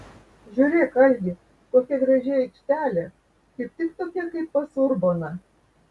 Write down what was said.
žiūrėk algi kokia graži aikštelė kaip tik tokia kaip pas urboną